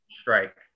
Strike